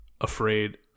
afraid